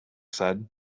said